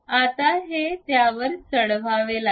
आता हे त्यावर चढवावे लागेल